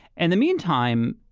and the meantime,